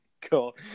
Cool